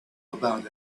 about